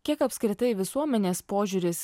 kiek apskritai visuomenės požiūris